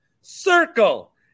circle